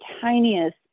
tiniest